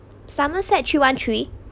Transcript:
somerset three one three